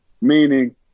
meaning